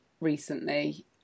recently